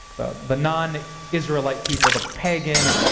the non-israelite people the pagan,